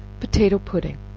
potato pudding.